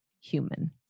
human